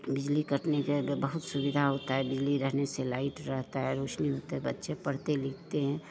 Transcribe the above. बिजली कटने के बहुत सुविधा होता है बिजली रहने से लाइट रहता है रोशनी होता बच्चे पढ़ते लिखते हैं